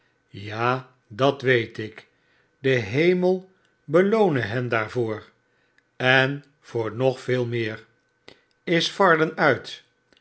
ja dat weet ik de hemel beloonehen daarvoor en voor nog veel meer is varden uit